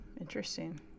interesting